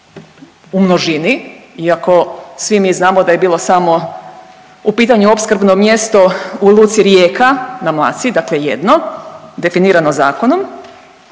u množini iako svi mi znamo da je bilo samo u pitanju opskrbno mjesto u luci Rijeka na Mlaci, dakle jedno definirano zakonom,